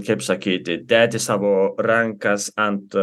kaip sakyti dėti savo rankas ant